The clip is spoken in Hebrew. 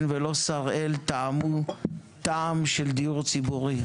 ולא שראל טעמו טעם של דיור ציבורי,